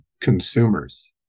consumers